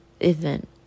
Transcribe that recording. event